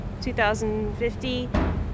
2050